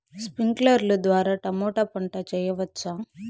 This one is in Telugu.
స్ప్రింక్లర్లు ద్వారా టమోటా పంట చేయవచ్చా?